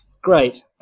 great